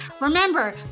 Remember